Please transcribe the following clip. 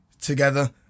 together